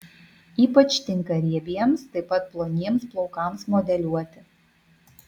ypač tinka riebiems taip pat ploniems plaukams modeliuoti